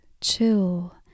chill